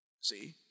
See